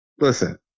Listen